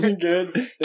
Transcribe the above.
good